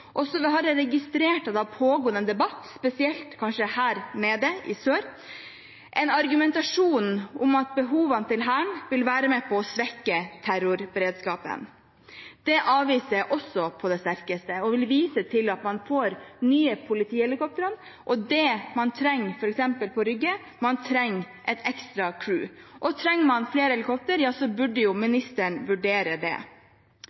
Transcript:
Så har jeg registrert at det har pågått en debatt, spesielt kanskje her nede i sør, og en argumentasjon om at behovene til Hæren vil være med på å svekke terrorberedskapen. Det avviser jeg også på det sterkeste og vil vise til at man får nye politihelikoptre. Det man trenger, f.eks. på Rygge, er et ekstra crew. Trenger man flere helikoptre, burde ministeren vurdere det.